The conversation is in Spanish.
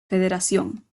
federación